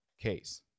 case